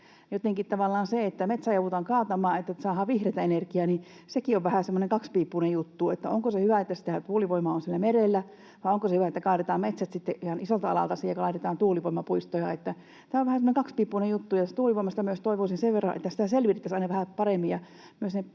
sekin, että metsä joudutaan kaatamaan, että saadaan vihreätä energiaa, on vähän semmoinen kaksipiippuinen juttu. Onko se hyvä, että sitä tuulivoimaa on siellä merellä, vai onko se hyvä, että kaadetaan metsät sitten ihan isolta alalta ja laitetaan siihen tuulivoimapuistoja? Tämä on vähän semmoinen kaksipiippuinen juttu. Tuulivoimasta myös toivoisin sen verran, että sitä selvitettäisiin aina vähän paremmin